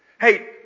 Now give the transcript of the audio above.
Hey